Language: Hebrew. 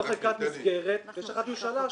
זאת חקיקת מסגרת ויש החלטת ממשלה.